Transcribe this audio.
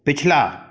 पिछला